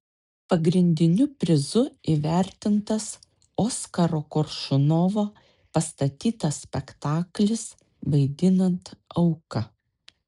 pagrindiniu prizu įvertintas oskaro koršunovo pastatytas spektaklis vaidinant auką